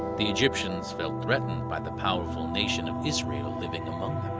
the egyptians felt threatened by the powerful nation of israel living among